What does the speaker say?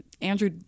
Andrew